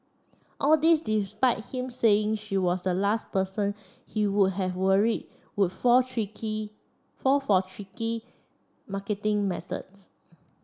all this despite him saying she was the last person he would have worried would fall tricky fall for tricky marketing methods